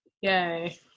Yay